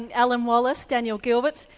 and alan wallace, daniel gilbert,